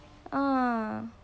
ah